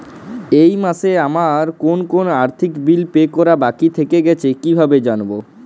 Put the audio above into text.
এই মাসে আমার কোন কোন আর্থিক বিল পে করা বাকী থেকে গেছে কীভাবে জানব?